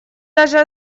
даже